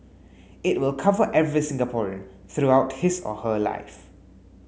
it will cover every Singaporean throughout his or her life